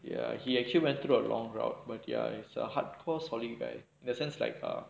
ya he actually went through a long route but ya it's a in a sense like err